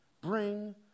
bring